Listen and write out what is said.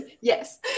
Yes